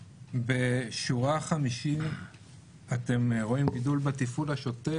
בשורה 50 אתם רואים גידול בתפעול השוטף.